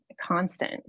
constant